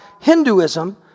Hinduism